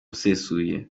usesuye